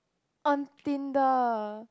on Tinder